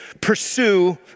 pursue